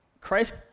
Christ